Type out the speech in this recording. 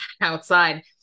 outside